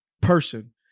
person